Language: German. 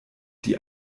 die